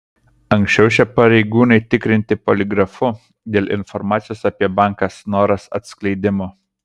anksčiau šie pareigūnai tikrinti poligrafu dėl informacijos apie banką snoras atskleidimo